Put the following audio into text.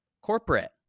corporate